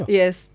yes